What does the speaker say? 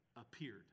appeared